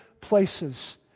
places